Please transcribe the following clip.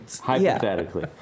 hypothetically